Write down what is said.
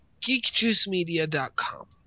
GeekJuiceMedia.com